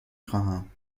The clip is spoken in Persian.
خواهم